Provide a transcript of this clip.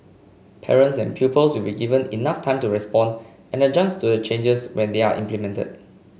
parents and pupils will be given enough time to respond and adjust to the changes when they are implemented